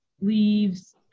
leaves